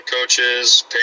coaches